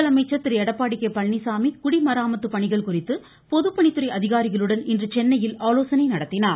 முதலமைச்சர் திரு எடப்பாடி கே பழனிச்சாமி குடிமராமத்து பணிகள் குறித்து பொதுப்பணித்துறை அதிகாரிகளுடன் இன்று சென்னையில் ஆலோசனை நடத்தினார்